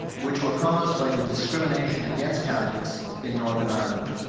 which were caused by the discrimination against catholics in northern ireland.